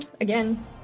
again